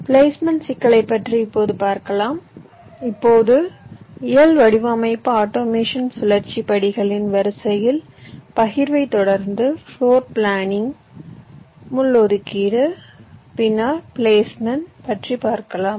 placement சிக்கலை பற்றி இப்போது பார்க்கலாம் இப்போது இயல் வடிவமைப்பு ஆட்டோமேஷன் சுழற்சி படிகளின் வரிசையில் பகிர்வைத் தொடர்ந்து ப்ளோர் பிளானிங் முள் ஒதுக்கீடு பின்னர் பிளேஸ்மென்ட் பற்றி பார்க்கலாம்